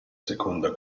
seconda